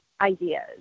ideas